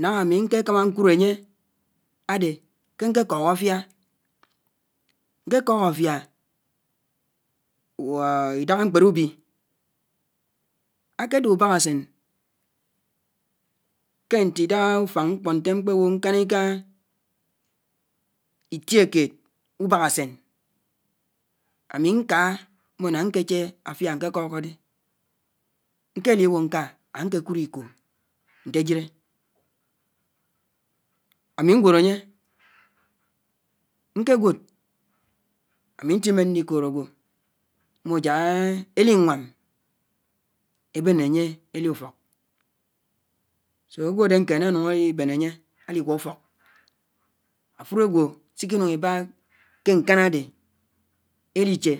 nanga ami nke kama ñkud ánye ade ke nkekọk afia. Nkekọk afia, idáhá ñkpele ubi akede ubokusén ke nti-idaha usfang ñkpo nte ñkpewo ñkánika itiokeed ubokusén ami ake mmo ná njehie afia ñkekọkọdé. Ñkekwo aka akekud ikoh ntejile ami ñwod anye ñke ñwod ami ñtime ñlikood agwo mmo Jak elinwám ebene anye eli ufọk agwo so akeme alibén anye aligwoúfọk afulo agwo sikinungibak ke ñkán ade eliche.